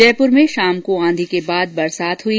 जयपुर में शाम को आंधी के बाद बरसात हुई